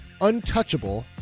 untouchable